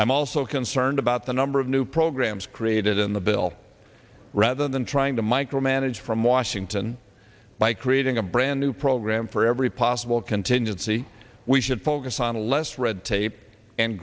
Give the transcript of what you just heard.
i'm also concerned about the number of new programs created in the bill rather than trying to micromanage from washington by creating a brand new program for every possible contingency we should focus on a less red tape and